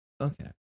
Okay